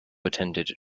attended